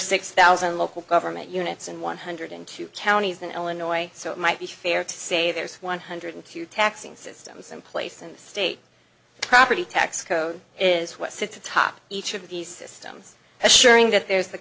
six thousand local government units and one hundred in two counties in illinois so it might be fair to say there's one hundred two taxing systems in place and the state property tax code is what sits atop each of these systems assuring that there's